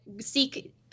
seek